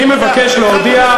התחלתם לפחד?